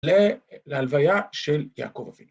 ‫להלוויה של יעקב אבינו.